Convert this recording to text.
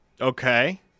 Okay